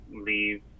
leave